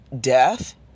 death